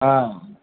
हां